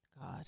God